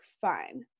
fine